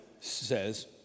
says